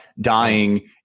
dying